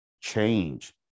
Change